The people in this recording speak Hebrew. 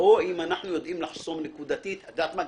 או אם אנחנו יודעים לחסום נקודתית את יודעת מה,